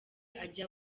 ajya